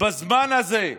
בזמן הזה,